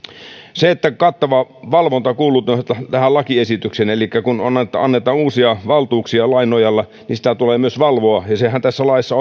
kattava valvonta kuuluu tähän tähän lakiesitykseen elikkä kun annetaan uusia valtuuksia lain nojalla niin sitä tulee myös valvoa ja sehän tässä laissa